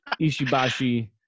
Ishibashi